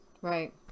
Right